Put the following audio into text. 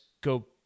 go